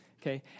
Okay